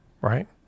right